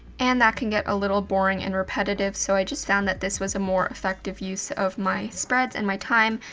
and that can get a little boring, and repetitive. so i just found that this was a more effective use of my spreads, and my time,